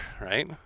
right